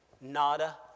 Nada